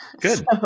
Good